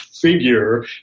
figure